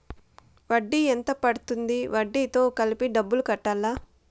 వడ్డీ ఎంత పడ్తుంది? వడ్డీ తో కలిపి డబ్బులు కట్టాలా?